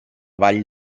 vall